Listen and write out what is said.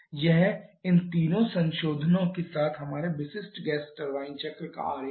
यह इन तीनों संशोधनों के साथ हमारे विशिष्ट गैस टरबाइन चक्र का आरेख है